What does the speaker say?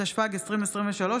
התשפ"ג 2023,